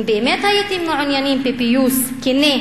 אם באמת הייתם מעוניינים בפיוס כן,